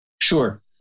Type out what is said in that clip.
Sure